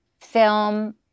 film